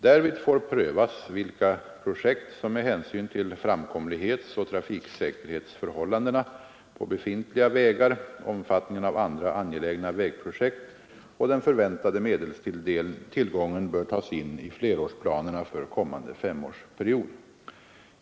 Därvid får prövas vilka projekt som med hänsyn till framkomlighetsoch trafiksäkerhetsförhållandena på befintliga vägar, omfattningen av andra angelägna vägprojekt och den förväntade medelstillgången bör tas in i flerårsplanerna för kommande femårsperiod.